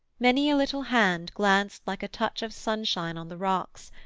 many a little hand glanced like a touch of sunshine on the rocks,